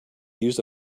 use